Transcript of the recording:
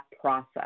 process